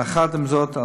יחד עם זאת,